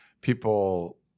People